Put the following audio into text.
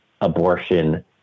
abortion